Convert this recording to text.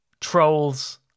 Trolls